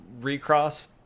recross